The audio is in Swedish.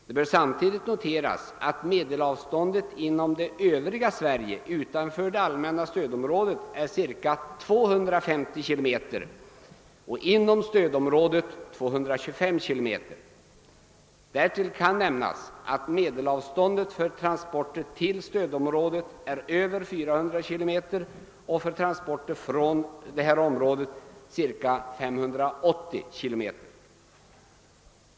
Det bör samtidigt noteras att medelavståndet inom det övriga Sverige utanför det allmänna stödområdet är ca 250 km och inom stödområdet 225 km. Därtill kan nämnas att medelavståndet för transporter till stödområdet är över 400 km och för transporter från detta område ca 580 km.